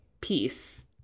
peace